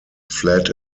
fled